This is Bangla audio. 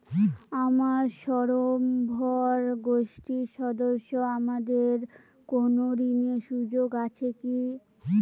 আমরা স্বয়ম্ভর গোষ্ঠীর সদস্য আমাদের কোন ঋণের সুযোগ আছে কি?